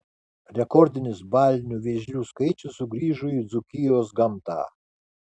rekordinis balinių vėžlių skaičius sugrįžo į dzūkijos gamtą